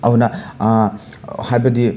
ꯑꯗꯨꯅ ꯍꯥꯏꯕꯗꯤ